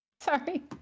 sorry